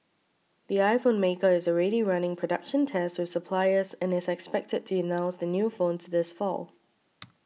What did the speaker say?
the iPhone maker is already running production tests with suppliers and is expected to announce the new phones this fall